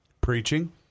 Preaching